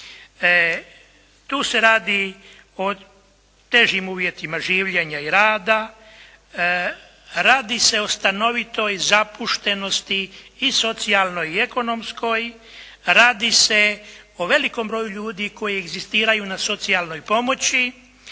Tu se radi o težim uvjetima življenja i rada, radi se o stanovitoj zapuštenosti, i socijalnoj i ekonomskoj, radi se o velikom broju ljudi koji egzistiraju na socijalnoj pomoći